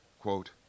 quote